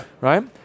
Right